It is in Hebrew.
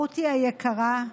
רותי היקרה,